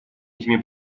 этими